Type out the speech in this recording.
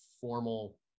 formal